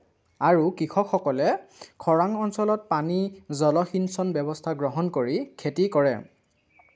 আৰু কৃষকসকলে খৰাং অঞ্চলত পানী জলসিঞ্চন ব্যৱস্থা গ্ৰহণ কৰি খেতি কৰে